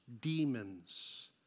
demons